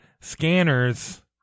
scanners